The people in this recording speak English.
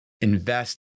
Invest